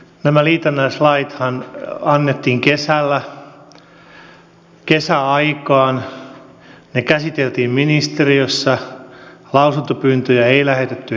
nämä liitännäislaithan annettiin kesällä kesäaikaan ne käsiteltiin ministeriössä lausuntopyyntöjä ei lähetetty eduskuntaryhmille